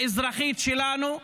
האזרחית שלנו,